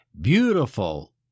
beautiful